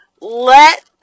let